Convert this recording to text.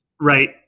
right